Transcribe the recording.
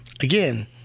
again